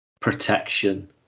protection